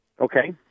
Okay